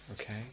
okay